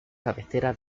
cabecera